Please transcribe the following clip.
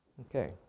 Okay